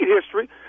history